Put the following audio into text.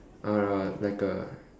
or a like a